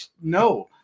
no